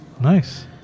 Nice